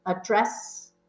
address